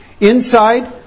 Inside